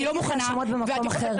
תטיחי האשמות במקום אחר.